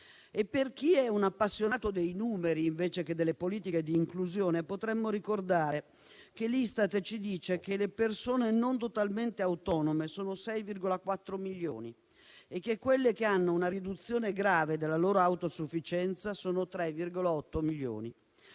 Per chi è un appassionato dei numeri invece che delle politiche di inclusione potremmo ricordare che l'Istat ci dice che le persone non totalmente autonome sono 6,4 milioni e che quelle che hanno una riduzione grave della propria autosufficienza sono 3,8 milioni.